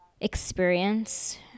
experience